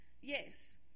yes